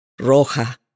Roja